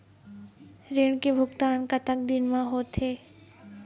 ऋण के भुगतान कतक दिन म होथे?